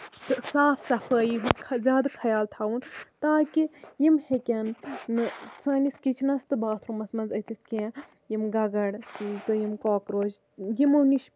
تہٕ صاف صفٲیی ہُند زیادٕ خَیال تھاوُن تاکہِ یِم ہٮ۪کَن نہٕ سٲنِس کِچنَس تہٕ باتھروٗمَس منٛز أژِتھ کیٚنہہ یِم گَگر تہٕ یِم کاک روچ یِمَو نِش